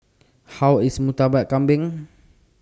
How IS Murtabak Kambing